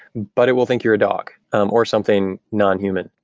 but it will think you're a dog um or something nonhuman.